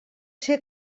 ser